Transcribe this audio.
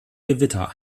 gewitter